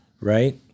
right